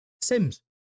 Sims